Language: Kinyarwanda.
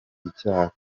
icyaha